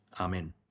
Amen